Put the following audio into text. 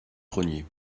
grenier